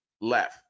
left